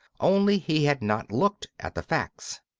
only he had not looked at the facts.